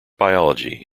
biology